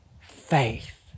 faith